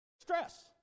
stress